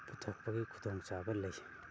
ꯄꯨꯊꯣꯛꯄꯒꯤ ꯈꯨꯗꯣꯡꯆꯥꯕ ꯂꯩ